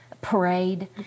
parade